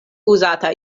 uzata